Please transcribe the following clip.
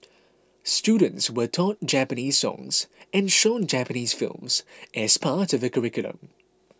students were taught Japanese songs and shown Japanese films as part of the curriculum